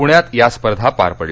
पृण्यात या स्पर्धा पार पडल्या